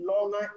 longer